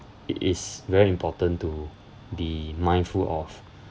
it is very important to be mindful of